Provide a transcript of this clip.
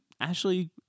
Ashley